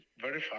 verify